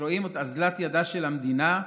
שרואים את אוזלת ידה של המדינה,